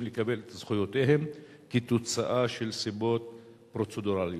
לקבל את זכויותיהם מסיבות פרוצדורליות.